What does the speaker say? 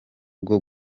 bwo